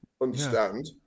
understand